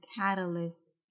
catalyst